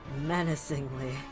menacingly